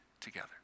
together